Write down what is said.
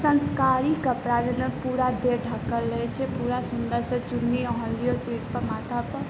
संस्कारी कपड़ा जाहिमे पूरा देह ढकल रहै छै पूरा सुन्दरसे चुन्नी अहाँ लियो सिर पर माथा पर